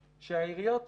לשר יש אפשרות להאריך את זה